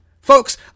Folks